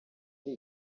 ari